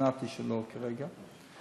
שוכנעתי שלא, כרגע.